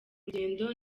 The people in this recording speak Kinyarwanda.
rugendo